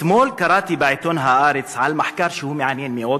אתמול קראתי בעיתון "הארץ" על מחקר שהוא מעניין מאוד,